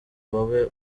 wowe